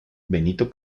benito